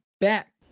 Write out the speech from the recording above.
back